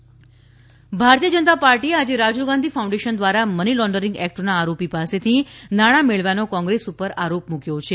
Bhajap RGF Bharatiya Janata પાર્ટીએ આજે Rajiv Gandhi foundation દ્વારા મની લોન્ડરિંગ એક્ટના આરોપી પાસેથી નાણાં મેળવ્યાનો કોંગ્રેસ પર આરોપ મૂક્યો છે